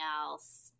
else